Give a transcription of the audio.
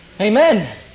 Amen